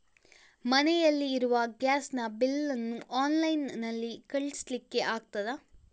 ಮನೆಯಲ್ಲಿ ಇರುವ ಗ್ಯಾಸ್ ನ ಬಿಲ್ ನ್ನು ಆನ್ಲೈನ್ ನಲ್ಲಿ ಕಳಿಸ್ಲಿಕ್ಕೆ ಆಗ್ತದಾ?